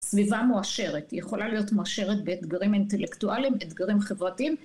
סביבה מואשרת, היא יכולה להיות מואשרת באתגרים אינטלקטואליים, אתגרים חברתיים